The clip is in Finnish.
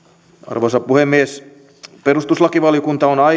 arvoisa puhemies perustuslakivaliokunta on